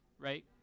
right